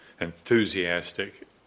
enthusiastic